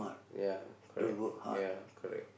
ya correct ya correct